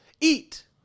eat